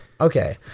Okay